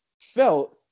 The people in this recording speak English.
felt